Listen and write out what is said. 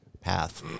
path